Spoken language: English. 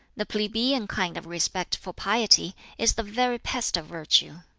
the plebeian kind of respect for piety is the very pest of virtue.